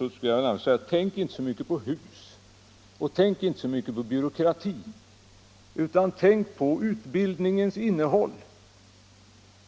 Jag skulle vilja ge honom rådet att inte tänka så mycket på hus och inte heller på byråkrati, utan i stället tänka på utbildningens innehåll.